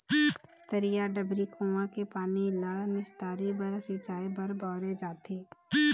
तरिया, डबरी, कुँआ के पानी ल निस्तारी बर, सिंचई बर बउरे जाथे